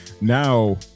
now